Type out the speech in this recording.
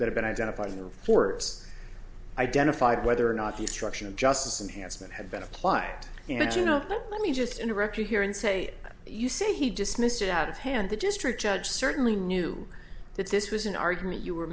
that have been identified in the forests identified whether or not destruction of justice and handsome have been applied and you know let me just interrupt you here and say you say he dismissed it out of hand the district judge certainly knew that this was an argument you were